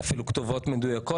אפילו כתובות מדויקות,